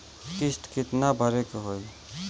किस्त कितना भरे के होइ?